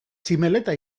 tximeleta